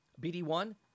BD1